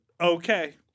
Okay